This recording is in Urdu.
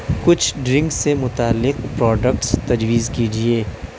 کچھ ڈرنکس سے متعلق پروڈکٹس تجویز کیجیے